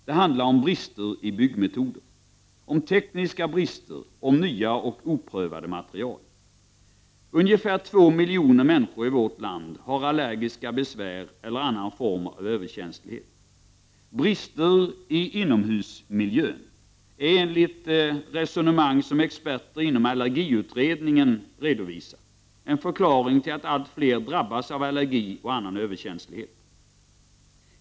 Det handlar om brister i byggmetoder, om tekniska brister, om nya och oprövade material. Ungefär 2 miljoner människor i vårt land har allergiska besvär eller annan form av överkänslighet. Brister i inomhusmiljön är enligt vad experter i allergiutredningen redovisar en förklaring till att allt fler drabbas av allergi och annan överkänslighet.